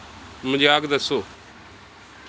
ਮਜ਼ਾਕ ਦੱਸੋ